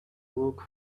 look